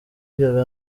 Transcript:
gaga